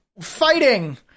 Fighting